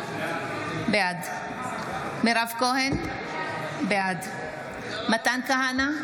בעד מירב כהן, בעד מתן כהנא,